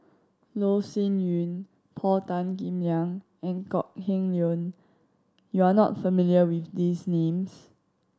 Loh Sin Yun Paul Tan Kim Liang and Kok Heng Leun you are not familiar with these names